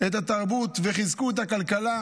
את התרבות וחיזקו את הכלכלה.